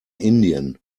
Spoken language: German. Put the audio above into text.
indien